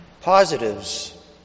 Positives